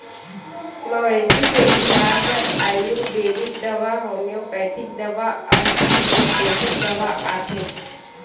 मवेशी के इलाज बर आयुरबेदिक दवा, होम्योपैथिक दवा अउ एलोपैथिक दवा आथे